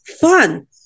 fun